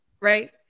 right